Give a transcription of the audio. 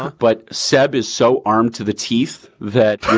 but sab is so armed to the teeth that,